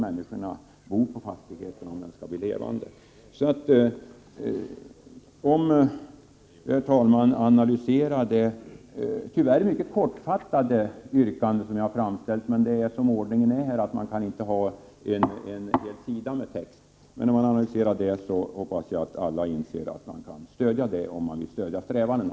Människorna skall ju bo på fastigheten, om bygden skall bli levande. Herr talman! Om man analyserar det mycket kortfattade yrkande som jag har framställt — som ordningen är kan man inte ha en hel sida med text — hoppas jag att man allmänt inser att man kan stödja det, om man vill stödja strävandena.